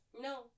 No